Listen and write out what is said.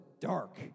dark